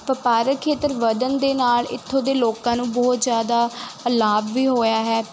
ਵਪਾਰਕ ਖੇਤਰ ਵਧਣ ਦੇ ਨਾਲ ਇੱਥੋਂ ਦੇ ਲੋਕਾਂ ਨੂੰ ਬਹੁਤ ਜ਼ਿਆਦਾ ਲਾਭ ਵੀ ਹੋਇਆ ਹੈ